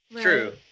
True